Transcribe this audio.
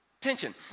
Tension